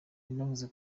yanavuze